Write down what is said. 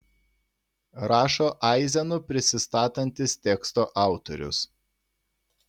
rašo aizenu prisistatantis teksto autorius